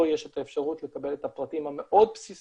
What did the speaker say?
יש את האפשרות לקבל את הפרטים המאוד בסיסיים,